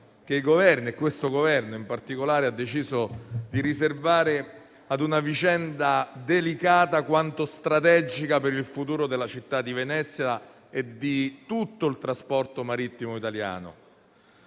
in particolare ha deciso di riservare a una vicenda delicata quanto strategica per il futuro della città di Venezia e di tutto il trasporto marittimo italiano.